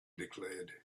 declared